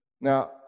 Now